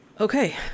okay